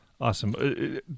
Awesome